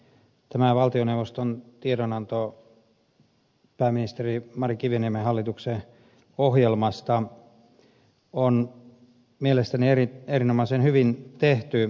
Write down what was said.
tämä valtioneuvoston tiedonanto pääministeri mari kiviniemen hallituksen ohjelmasta on mielestäni erinomaisen hyvin tehty